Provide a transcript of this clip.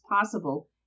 possible